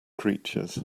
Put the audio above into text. creatures